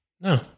no